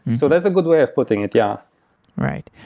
so that's a good way of putting it. yeah right.